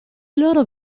loro